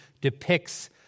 depicts